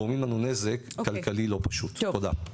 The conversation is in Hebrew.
גורמים לנו נזק כלכלי לא פשוט, תודה.